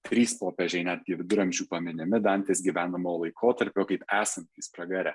trys popiežiai netgi viduramžių paminimi dantės gyvenamojo laikotarpiu kaip esantys pragare